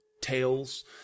tales